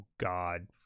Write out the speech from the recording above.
god